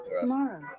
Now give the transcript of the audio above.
Tomorrow